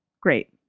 Great